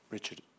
Richard